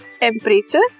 temperature